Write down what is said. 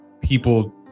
people